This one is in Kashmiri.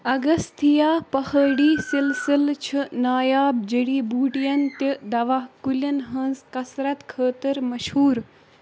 اگستھِیا پہٲڑی سلسلہٕ چھُ نایاب جڑی بوٗٹِین تہٕ دَوا کُلٮ۪ن ہِنٛز کثرت خٲطرٕ مشہوٗر